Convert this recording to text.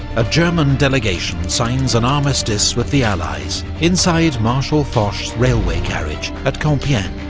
a german delegation signs an armistice with the allies, inside marshal foch's railway carriage at compiegne.